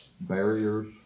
barriers